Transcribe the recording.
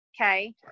Okay